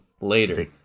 later